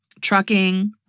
Trucking